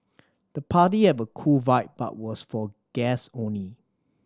the party had a cool vibe but was for guest only